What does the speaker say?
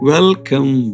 Welcome